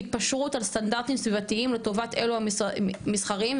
התפשרות על סטנדרטים סביבתיים לטובת אלו המסחריים,